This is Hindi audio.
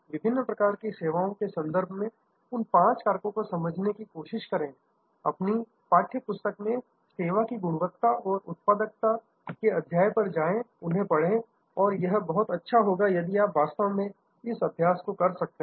विभिन्न प्रकार की सेवाओं के संदर्भ में उन पांच कारकों को समझने की कोशिश करें अपनी पाठ्य पुस्तक में सेवा की गुणवत्ता और उत्पादकता के अध्याय पर जाएं और उन्हें पढ़े और यह बहुत अच्छा होगा यदि आप वास्तव में इस अभ्यास को कर सकते हैं